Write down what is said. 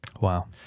Wow